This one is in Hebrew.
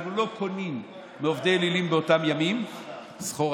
אנחנו לא קונים מעובדי אלילים באותם ימים סחורה,